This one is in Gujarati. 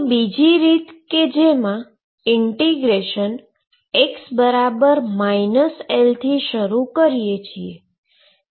તો બીજી રીત કે જેમા ઈન્ટીગ્રેશન x L થી શરૂ કરીએ